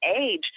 age